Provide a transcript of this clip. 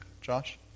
Josh